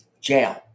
jail